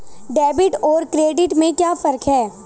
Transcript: Debit और credit में क्या फर्क है?